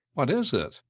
what is it?